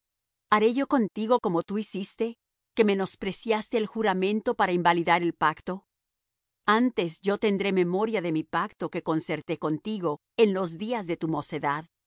haré yo contigo como tú hiciste que menospreciaste el juramento para invalidar el pacto antes yo tendré memoria de mi pacto que concerté contigo en los días de tu mocedad